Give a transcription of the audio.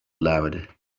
aloud